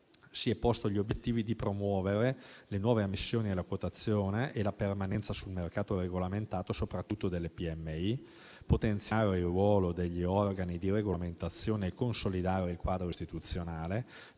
si è posto gli obiettivi di promuovere le nuove ammissioni alla quotazione e la permanenza sul mercato regolamentato soprattutto delle PMI; potenziare il ruolo degli organi di regolamentazione e consolidare il quadro istituzionale;